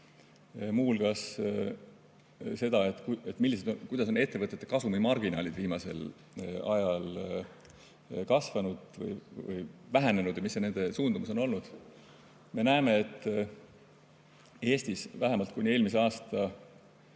hulgas seda, kuidas on ettevõtete kasumimarginaalid viimasel ajal kasvanud või vähenenud ja mis see nende suundumus on olnud. Me näeme, et Eestis said vähemalt kuni eelmise aasta